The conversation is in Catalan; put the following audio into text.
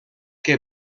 que